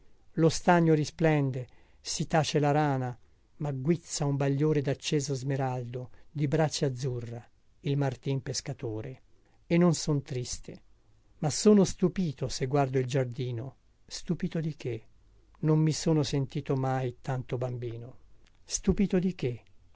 lo stagno risplende si tace la rana ma guizza un bagliore dacceso smeraldo di brace azzurra il martin pescatore e non sono triste ma sono stupito se guardo il giardino stupito di che non mi sono sentito mai tanto bambino stupito di che